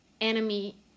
enemy